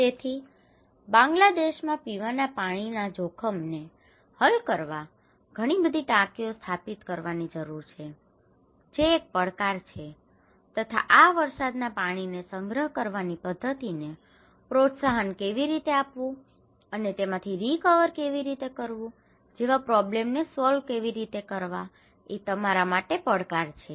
તેથી બાંગ્લાદેશમાં પીવાના પાણીના જોખમને હલ કરવા ઘણી બધી ટાંકીઓ સ્થાપિત કરવાની જરૂર છે જે એક પડકાર છે તથા આ વરસાદના પાણીને સંગ્રહ કરવાની પદ્ધતિને પ્રોત્સાહન કેવી રીતે આપવું અને તેમાંથી રિકવર કેવી રીતે કરવું જેવા પ્રૉબ્લેમને સોલ્વ કેવી રીતે કરવા એ તમારા માટે પડકાર છે